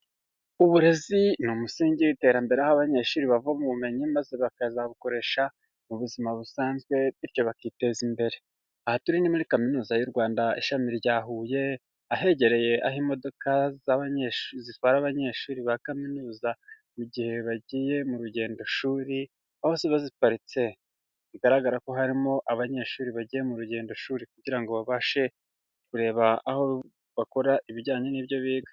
Uburezi ni umusingi w'iterambere, aho abanyeshuri bavoma ubumenyi maze bakazabukoresha mu buzima busanzwe, bityo bakiteza imbere, aha turi muri kaminuza y'u Rwanda ishami rya huye, ahegereye aho imodoka z'abanyeshuri zitwara abanyeshuri ba kaminuza mu gihe bagiye mu rugendoshuri, aho baziparitse, bigaragara ko harimo abanyeshuri bagiye mu rugendo shuri kugira ngo babashe kureba aho bakora ibijyanye n'ibyo biga.